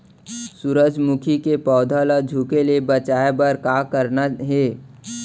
सूरजमुखी के पौधा ला झुके ले बचाए बर का करना हे?